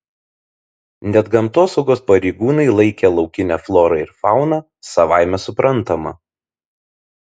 net gamtosaugos pareigūnai laikė laukinę florą ir fauną savaime suprantama